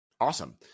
Awesome